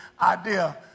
Idea